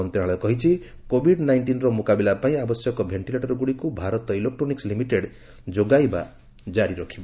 ମନ୍ତ୍ରଣାଳୟ କହିଛି କୋବିଡ ନାଇଷ୍ଟିନର ମୁକାବିଲା ପାଇଁ ଆବଶ୍ୟକ ଭେଷ୍ଟିଲେଟରଗୁଡ଼ିକୁ ଭାରତ ଇଲେକ୍ଟ୍ରୋନିକ୍କ ଲିମିଟେଡ୍ ଯୋଗାଇବା ଜାରି ରଖିବ